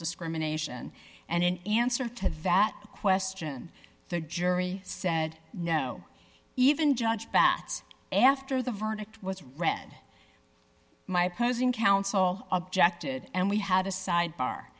discrimination and in answer to that question the jury said no even judge batts after the verdict was read my posing counsel objected and we had a sidebar